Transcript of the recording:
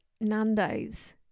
Nando's